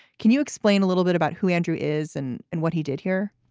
can you explain a little bit about who andrew is and and what he did here?